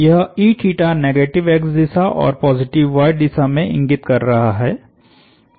यह negative x दिशा और पॉजिटिव y दिशा में इंगित कर रहा है